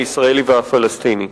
הישראלי והפלסטיני.